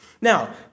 Now